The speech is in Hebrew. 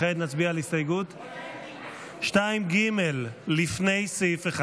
כעת נצביע על הסתייגות 2ג', לפני סעיף.